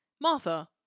Martha